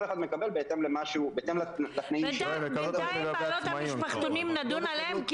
כל אחד מקבל בהתאם ל- -- בינתיים בעלות המשפחתונים נדון עליהן,